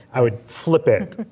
i would flip it.